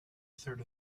third